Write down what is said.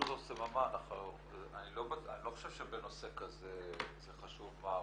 ד"ר סממה אני לא חושב שבנושא כזה זה חשוב מה הרוב.